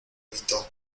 evitó